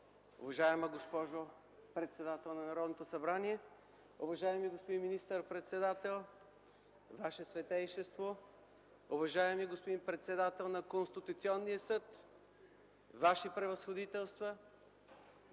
уважаема госпожо председател на Народното събрание, уважаеми господин министър-председател, Ваше Светейшество, уважаеми господин председател на Конституционния съд, Ваши Превъзходителства,